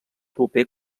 proper